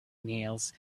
nails